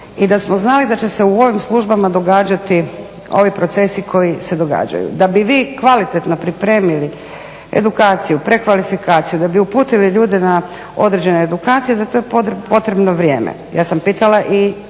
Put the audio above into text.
i da smo znali da će se u ovim službama događati ovi procesi koji se događaju. Da bi vi kvalitetno pripremili edukaciju, prekvalifikaciju, da bi uputili ljude na određene edukacije za to je potrebno vrijeme. Ja sam pitala i